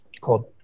called